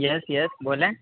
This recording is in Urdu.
یس یس بولیں